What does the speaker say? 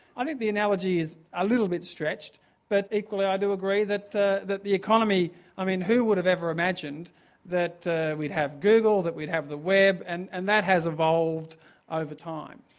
i think the analogy is a little bit stretched but equally i do agree that the that the economy i mean who would have ever imagined that we'd have google, that we'd have the web and and that has evolved over time.